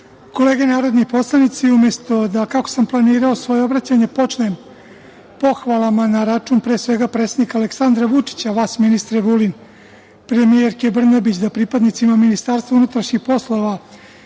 kolege narodni poslanici, umesto da kako sam planirao svoje obraćanje počnem pohvala na račun pre svega predsednika Aleksandra Vučića, vas, ministre Vulin, premijerke Brnabić, da pripadnicima MUP-a i BIA